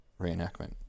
reenactment